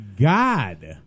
god